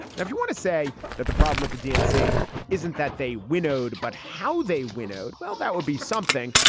now, if you want to say that the problem with the dnc isn't that they winnowed, but how they winnowed. well, that would be something.